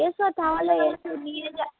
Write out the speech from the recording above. এসো তাহলে এসো নিয়ে